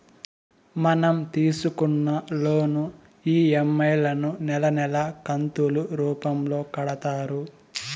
మనం తీసుకున్న loan EMI లను నెలా నెలా కంతులు రూపంలో కడతారు